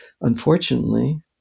Unfortunately